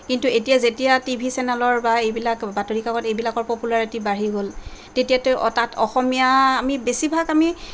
কিন্তু এতিয়া যেতিয়া টিভি চেনেলৰ বা এইবিলাক বাতৰিকাকত এইবিলাকৰ পপুলাৰিটি বাঢ়ি গ'ল তেতিয়াতো তাত অসমীয়া আমি বেছিভাগ আমি